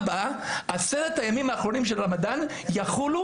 עשרת הימים האחרונים של הרמדאן יחולו